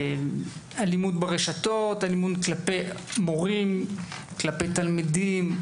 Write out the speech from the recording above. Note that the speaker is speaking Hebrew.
אלימות ברשתות, אלימות כלפי מורים, כלפי תלמידים.